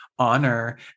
honor